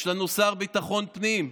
יש לנו שר ביטחון פנים,